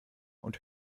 und